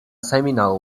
seminal